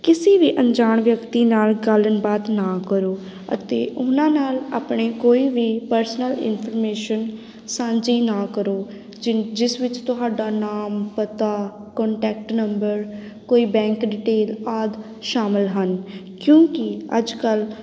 ਕਿਸੇ ਵੀ ਅਣਜਾਣ ਵਿਅਕਤੀ ਨਾਲ ਗੱਲਬਾਤ ਨਾ ਕਰੋ ਅਤੇ ਉਹਨਾਂ ਨਾਲ ਆਪਣੇ ਕੋਈ ਵੀ ਪਰਸਨਲ ਇਨਫੋਰਮੇਸ਼ਨ ਸਾਂਝੀ ਨਾ ਕਰੋ ਜਿ ਜਿਸ ਵਿੱਚ ਤੁਹਾਡਾ ਨਾਮ ਪਤਾ ਕੋਂਟੈਕਟ ਨੰਬਰ ਕੋਈ ਬੈਂਕ ਡਿਟੇਲ ਆਦਿ ਸ਼ਾਮਿਲ ਹਨ ਕਿਉਂਕਿ ਅੱਜ ਕੱਲ੍ਹ